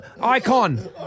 icon